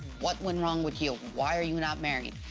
what went wrong with you? why are you not married?